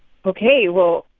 ok, well,